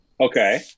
Okay